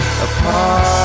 Apart